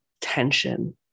Tension